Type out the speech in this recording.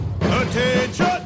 Attention